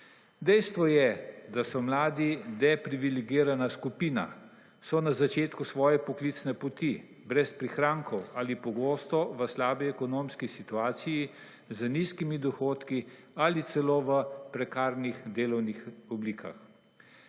Dejstvo je, da so mladi depriviligirani skupina, so na začetku sovje začetne poklicne poti brez prihrankov ali pogosto v slabi ekonomski situaciji z nizkimi dohodki ali celo v prekarnih delovnih oblikah.